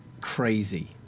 crazy